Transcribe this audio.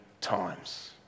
times